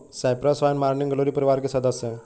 Cyprus vine morning glory परिवार की सदस्य हैं